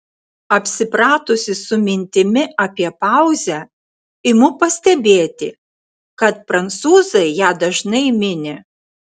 apsipratusi su mintimi apie pauzę imu pastebėti kad prancūzai ją dažnai mini